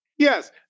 Yes